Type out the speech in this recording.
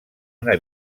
una